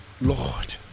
Lord